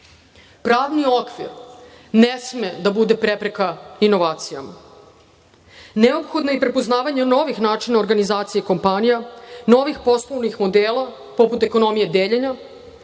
Pravni okvir ne sme da bude prepreka inovacijama. Neophodno je prepoznavanje novih načina organizacije kompanija, novih poslovnih modela, poput ekonomije deljenja,